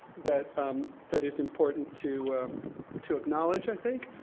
that um that is important to to acknowledge, i think.